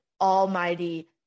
almighty